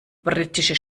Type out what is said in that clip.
britische